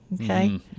okay